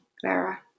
Clara